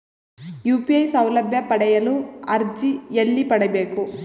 UPI ಸೌಲಭ್ಯ ಪಡೆಯಲು ಅರ್ಜಿ ಎಲ್ಲಿ ಪಡಿಬೇಕು?